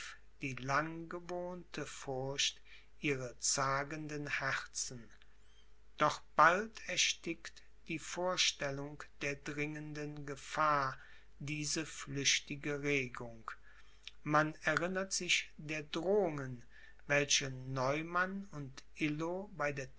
die langgewohnte furcht ihre zagenden herzen doch bald erstickt die vorstellung der dringenden gefahr diese flüchtige regung man erinnert sich der drohungen welche neumann und illo bei der